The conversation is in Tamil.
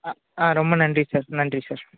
ஆ ஆ ரொம்ப நன்றி சார் நன்றி சார்